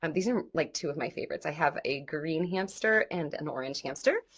um these are like two of my favorites, i have a green hamster and an orange hamster,